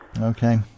Okay